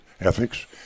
ethics